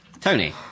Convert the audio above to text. Tony